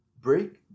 Break